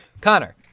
Connor